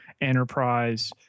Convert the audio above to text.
Enterprise